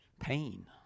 pain